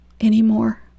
anymore